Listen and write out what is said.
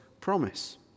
promise